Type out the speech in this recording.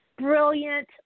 Brilliant